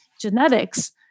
genetics